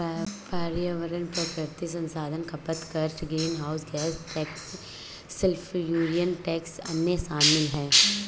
पर्यावरण प्राकृतिक संसाधन खपत कर, greenhouse gas tax, sulphuric tax, अन्य शामिल हैं